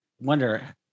wonder